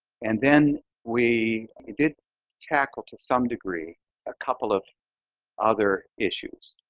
and then we did tackle to some degree a couple of other issues.